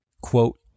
Quote